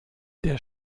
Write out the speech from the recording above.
der